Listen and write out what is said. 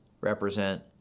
represent